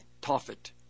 Tophet